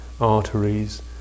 arteries